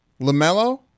LaMelo